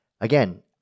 Again